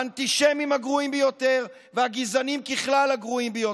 האנטישמים הגרועים ביותר והגזענים בכלל הגרועים ביותר.